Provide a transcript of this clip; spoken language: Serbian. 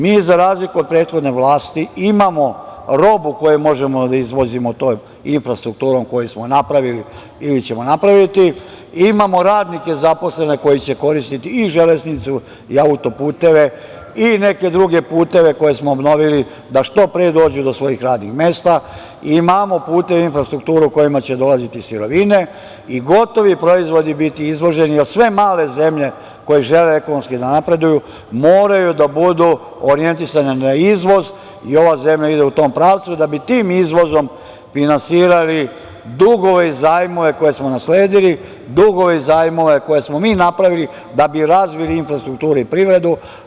Mi, za razliku od prethodne vlasti imamo robu koju možemo da izvozimo tom infrastrukturom koju smo napravili ili ćemo napraviti, imamo radnike zaposlene koji će koristiti i železnicu i autoputeve i neke druge puteve koje smo obnovili da što pre dođu do svojih radnih mesta, imamo puteve i infrastrukturu kojima će dolaziti sirovine i gotovi proizvodi biti izvoženi, jer sve male zemlje koje žele ekonomski da napreduju moraju da budu orijentisane na izvoz i ova zemlja ide u tom pravcu da bi tim izvozom finansirali dugove i zajmove koje smo nasledili, dugove i zajmove koje smo mi napravili da bi razvili infrastrukturu i privredu.